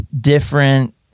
different